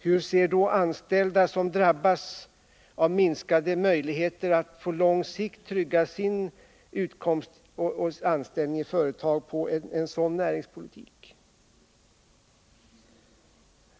Hur ser anställda som drabbas av minskade möjligheter att på lång sikt trygga sin utkomst och anställning i företag på en sådan näringspolitik?